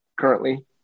currently